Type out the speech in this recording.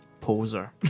poser